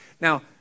Now